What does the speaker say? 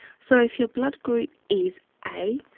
so if your blood group is a,